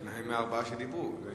שניים מארבעה שדיברו.